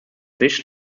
fish